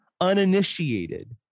uninitiated